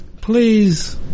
please